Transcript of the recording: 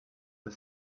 the